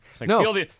No